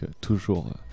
toujours